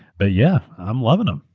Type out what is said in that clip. but yeah, i'm loving them.